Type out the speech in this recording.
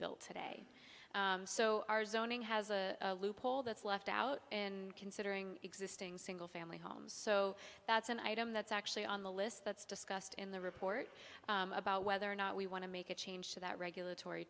built today so our zoning has a loophole that's left out in considering existing single family homes so that's an item that's actually on the list that's discussed in the report about whether or not we want to make a change to that regulatory